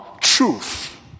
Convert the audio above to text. truth